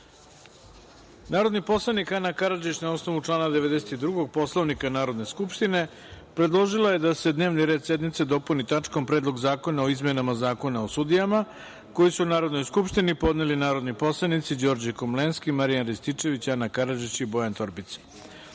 poslanik Ana Karadžić, na osnovu člana 92. Poslovnika Narodne skupštine, predložila je da se dnevni red sednice dopuni tačkom - Predlog zakona o izmenama Zakona o sudijama, koji su Narodnoj skupštini podneli narodni poslanici Đorđe Komlenski, Marijan Rističević, Ana Karadžić i Bojan Torbica. Reč